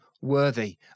worthy